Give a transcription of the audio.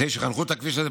אחרי שחנכו את הכביש הזה,